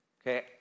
Okay